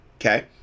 okay